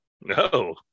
No